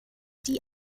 die